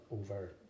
over